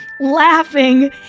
laughing